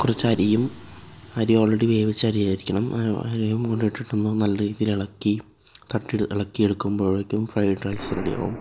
കുറച്ചരിയും അരി ഓൾറെഡി വേവിച്ച അരിയായിരിക്കണം അരിയും കൂടെ ഇട്ടിട്ട് നല്ലരീതിയിൽ ഇളക്കി തട്ടിട്ട് ഇളക്കിയെടുക്കുമ്പഴേക്കും ഫ്രെയ്ഡ് റൈസ് റെഡിയാകും